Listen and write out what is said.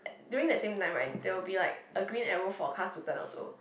during that same time right there will be like a green arrow for cars to turn also